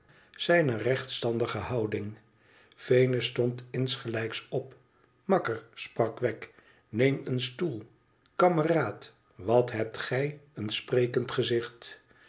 zijne rechtstandige houding venus stond insgelijks op makker sprak wegg ineem een stoel kameraad wat hebt gij een sprekend gezicht